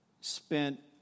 spent